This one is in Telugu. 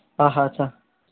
అచ్చ